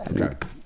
Okay